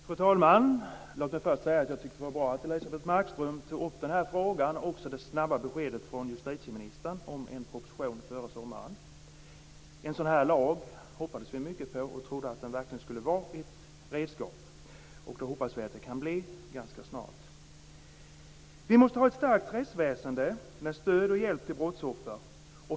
Fru talman! Låt mig först säga att jag tyckte det var bra att Elisebeht Markström tog upp den här frågan och också att det blev ett snabbt besked från justitieministern om en proposition före sommaren. Vi hoppades mycket på en sådan lag och trodde att den verkligen skulle vara ett redskap. Det hoppas vi att den skall bli ganska snart. Vi måste ha ett starkt rättsväsende med stöd och hjälp till brottsoffer.